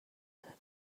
that